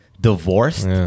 divorced